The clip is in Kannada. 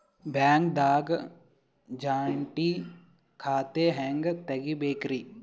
ಬ್ಯಾಂಕ್ದಾಗ ಜಂಟಿ ಖಾತೆ ಹೆಂಗ್ ತಗಿಬೇಕ್ರಿ?